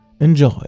Enjoy